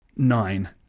Nine